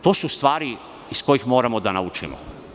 To su stvari iz kojih moramo da naučimo.